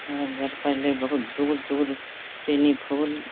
मगर बर पहले बहुत दूर दूर तेनीफ़ोल